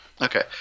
Okay